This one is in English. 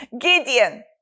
Gideon